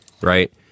right